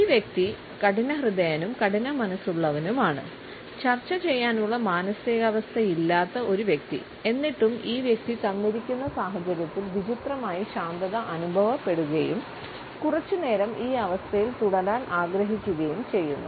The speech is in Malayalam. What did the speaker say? ഈ വ്യക്തി കഠിനഹൃദയനും കഠിനമനസ്സുള്ളവനുമാണ് ചർച്ച ചെയ്യാനുള്ള മാനസികാവസ്ഥയില്ലാത്ത ഒരു വ്യക്തി എന്നിട്ടും ഈ വ്യക്തി തന്നിരിക്കുന്ന സാഹചര്യത്തിൽ വിചിത്രമായി ശാന്തത അനുഭവപ്പെടുകയും കുറച്ച് നേരം ഈ അവസ്ഥയിൽ തുടരാൻ ആഗ്രഹിക്കുകയും ചെയ്യുന്നു